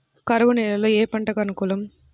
కరువు నేలలో ఏ పంటకు అనుకూలం?